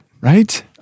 Right